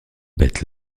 bête